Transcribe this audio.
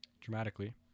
dramatically